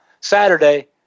Saturday